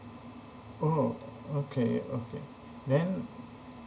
oh okay okay then